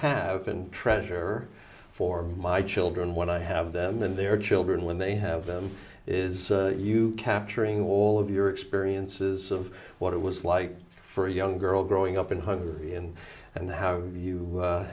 have and treasure for my children when i have them then their children when they have them is you capturing all of your experiences of what it was like for a young girl growing up in hungary and and have you